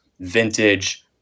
vintage